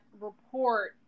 report